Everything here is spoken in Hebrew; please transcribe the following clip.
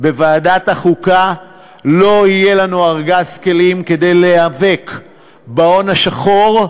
בוועדת החוקה לא יהיה לנו ארגז כלים כדי להיאבק בהון השחור,